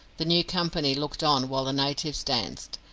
the new company looked on while the natives danced,